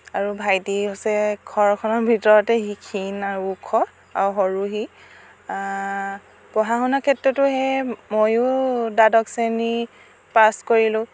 আৰু ভাইটি হৈছে ঘৰখনৰ ভিতৰতে সি খীণ আৰু ওখ আৰু সৰু সি পঢ়া শুনাৰ ক্ষেত্ৰতো সেই মইয়ো দ্বাদশ শ্ৰেণী পাছ কৰিলোঁ